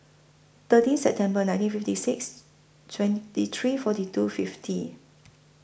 thirteen September nineteen fifty six twenty three forty two fifty